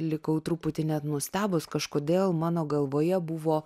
likau truputį net nustebus kažkodėl mano galvoje buvo